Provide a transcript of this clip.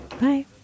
Bye